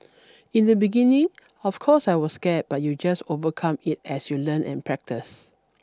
in the beginning of course I was scared but you just overcome it as you learn and practice